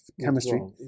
chemistry